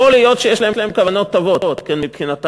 יכול להיות שיש להם כוונות טובות מבחינתם,